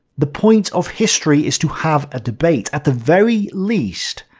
the point of history is to have a debate. at the very least,